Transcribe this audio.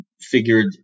figured